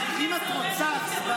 לא, זה לא סותר.